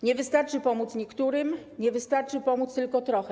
Nie wystarczy pomóc niektórym, nie wystarczy pomóc tylko trochę.